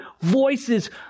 voices